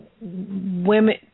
women